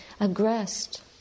aggressed